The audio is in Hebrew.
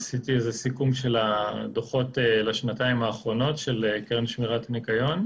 עשיתי סיכום של הדוחות של הקרן לשמירת הניקיון בשנתיים האחרונות.